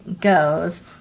goes